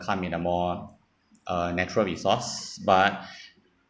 come in a more uh natural resource but